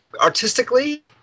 artistically